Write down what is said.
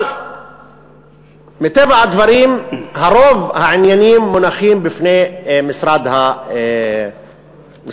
אבל מטבע הדברים רוב העניינים מונחים בפני משרד החינוך.